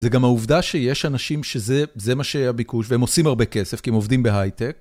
זה גם העובדה שיש אנשים שזה, זה מה שהיה הביקוש, והם עושים הרבה כסף כי הם עובדים בהייטק.